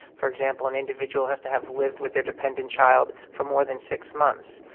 for example, an individual has to have lived with their dependent child for more than six months.